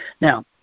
Now